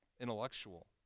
intellectual